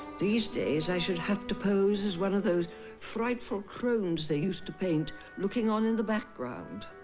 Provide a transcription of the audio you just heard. these days i should have to pose as one of those frightful crones they used to paint looking on in the background.